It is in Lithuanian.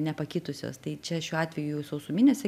nepakitusios tai čia šiuo atveju sausuminėse